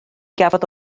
gafodd